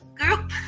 group